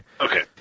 Okay